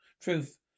Truth